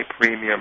premium